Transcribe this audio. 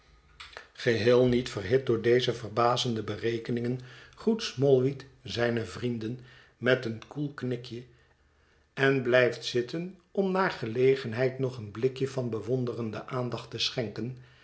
geheel niet verhit door deze verbazende berekeningen groet smallweed zijne vrienden met een koel knikje en blijft zitten om naar gelegenheid nog een blikje van bewonderende aandacht te schenken